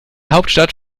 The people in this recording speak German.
hauptstadt